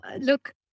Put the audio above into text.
look